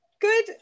good